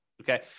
okay